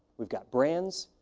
we've got brands,